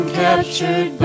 captured